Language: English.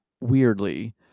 weirdly